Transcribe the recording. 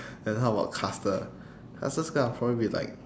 then how about caster caster's gonna probably be like